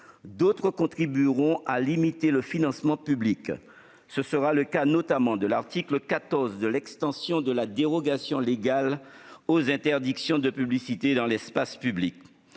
D'autres contribueront à limiter le financement public. Ce sera notamment le cas, à l'article 14, de l'extension de la dérogation légale aux interdictions de publicité dans l'espace public.